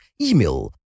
email